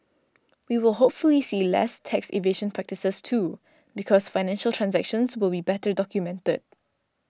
we will hopefully see less tax evasion practices too because financial transactions will be better documented